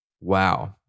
wow